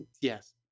yes